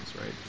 right